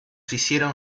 hicieron